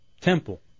Temple